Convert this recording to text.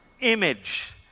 image